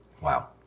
Wow